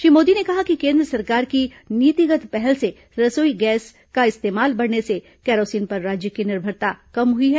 श्री मोदी ने कहा कि केन्द्र सरकार की नीतिगत पहल से रसोई गैस का इस्तेमाल बढ़ने से कैरोसीन पर राज्यों की निर्भरता कम हुई है